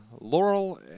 Laurel